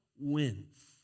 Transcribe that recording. wins